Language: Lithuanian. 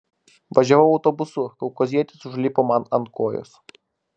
važiavau autobusu kaukazietis užlipo man ant kojos